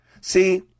See